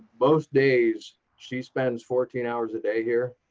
most days, she spends fourteen hours a day here,